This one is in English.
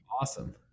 Awesome